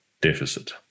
deficit